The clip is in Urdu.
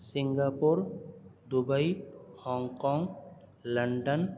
سنگا پور دبئی ہانگ کانگ لنڈن